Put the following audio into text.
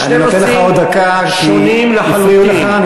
אני נותן לך עוד דקה כי הפריעו לך.